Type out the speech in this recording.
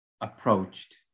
approached